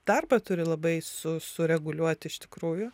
darbą turi labai su sureguliuot iš tikrųjų